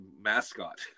mascot